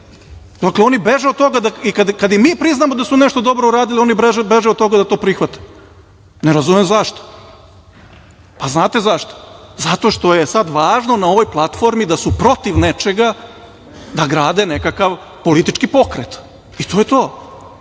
Dakle, oni beže od toga. I kada im mi priznamo da su nešto dobro uradili, oni beže od toga da to prihvate. Ne razumem zašto? Pa, znate zašto? Zato što je sad važno na ovoj platformi da su protiv nečega, da grade nekakav politički pokret i to je to.